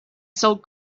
sold